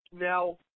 Now